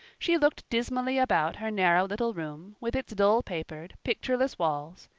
she looked dismally about her narrow little room, with its dull-papered, pictureless walls,